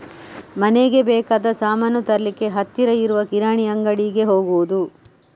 ಮನೆಗೆ ಬೇಕಾದ ಸಾಮಾನು ತರ್ಲಿಕ್ಕೆ ಹತ್ತಿರ ಇರುವ ಕಿರಾಣಿ ಅಂಗಡಿಗೆ ಹೋಗುದು